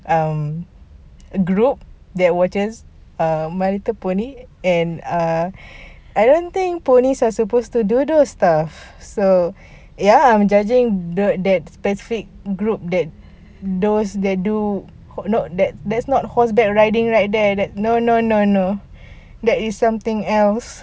um group there were just uh my little pony and err I don't think ponies are supposed to doodle stuff so ya I'm judging the that specific group that those they do note that that's not horseback riding right there that no no no no there is something else